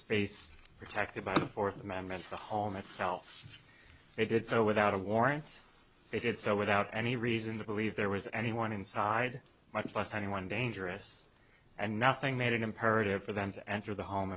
space protected by the fourth amendment to the home itself they did so without a warrant they did so without any reason to believe there was anyone inside much less anyone dangerous and nothing made it imperative for them to enter the home